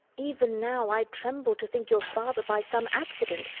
even now i tremble to think your father, by some accident,